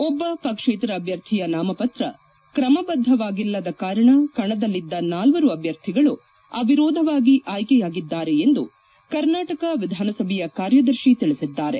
ಒಬ್ಲ ಪಕ್ಷೇತರ ಅಭ್ಯರ್ಥಿಯ ನಾಮಪತ್ರ ಕ್ರಮಬದ್ದವಾಗಿಲ್ಲದ ಕಾರಣ ಕಣದಲ್ಲಿದ್ದ ನಾಲ್ವರು ಅಭ್ಯರ್ಥಿಗಳು ಅವಿರೋಧವಾಗಿ ಆಯ್ಲೆಯಾಗಿದ್ದಾರೆ ಎಂದು ಕರ್ನಾಟಕ ವಿಧಾನಸಭೆಯ ಕಾರ್ಯದರ್ಶಿ ತಿಳಿಸಿದ್ದಾರೆ